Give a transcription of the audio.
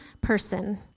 person